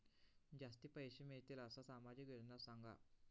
जास्ती पैशे मिळतील असो सामाजिक योजना सांगा?